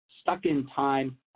stuck-in-time